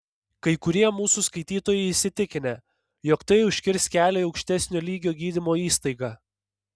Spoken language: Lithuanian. kai kurie mūsų skaitytojai įsitikinę jog tai užkirs kelią į aukštesnio lygio gydymo įstaigą